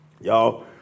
Y'all